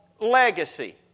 legacy